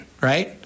right